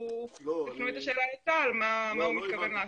את השאלה לצה"ל מה הוא מתכוון לעשות.